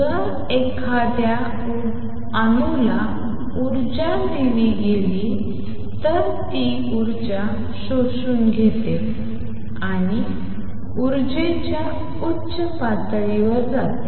जर एखाद्या अणूला ऊर्जा दिली गेली तर ती ऊर्जा शोषून घेते आणि ऊर्जेच्या उच्च पातळीवर जाते